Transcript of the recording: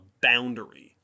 boundary